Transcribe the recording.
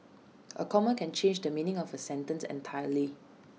A comma can change the meaning of A sentence entirely